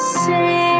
say